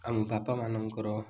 ଆମ ବାପାମାନଙ୍କର